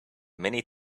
many